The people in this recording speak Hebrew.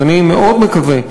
אני מאוד מקווה,